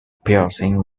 piercing